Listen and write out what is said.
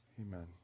Amen